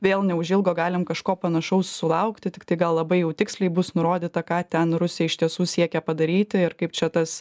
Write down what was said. vėl neužilgo galim kažko panašaus sulaukti tiktai gal labai jau tiksliai bus nurodyta ką ten rusija iš tiesų siekia padaryti ir kaip čia tas